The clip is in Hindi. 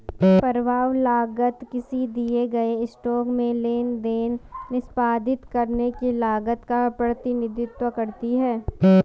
प्रभाव लागत किसी दिए गए स्टॉक में लेनदेन निष्पादित करने की लागत का प्रतिनिधित्व करती है